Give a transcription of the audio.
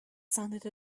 sounded